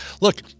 look